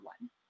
one